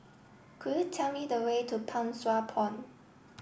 could you tell me the way to Pang Sua Pond